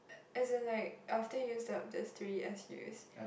as in like after used up this three S U_S